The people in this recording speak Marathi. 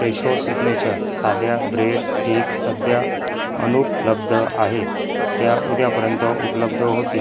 फ्रेशो सिग्नेचर साध्या ब्रेड स्टिक्स सध्या अनुपलब्ध आहेत त्या उद्यापर्यंत उपलब्ध होतील